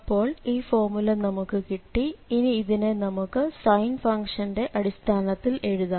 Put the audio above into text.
അപ്പോൾ ഈ ഫോർമുല നമുക്ക് കിട്ടി ഇനി ഇതിനെ നമുക്ക് സൈൻ ഫംഗ്ഷന്റെ അടിസ്ഥാനത്തിൽ എഴുതാം